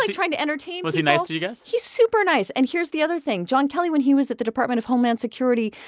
like trying to entertain people. was he nice to you guys? he's super nice. and here's the other thing. john kelly, when he was at the department of homeland security,